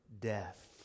death